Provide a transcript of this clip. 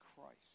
Christ